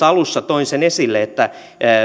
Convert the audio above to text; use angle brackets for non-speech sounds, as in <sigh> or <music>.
<unintelligible> alussa toin sen esille että